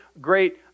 great